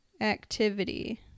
activity